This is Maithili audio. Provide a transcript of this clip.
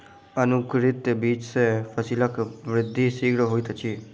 अंकुरित बीज सॅ फसीलक वृद्धि शीघ्र होइत अछि